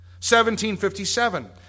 1757